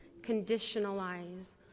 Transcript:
conditionalize